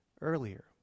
earlier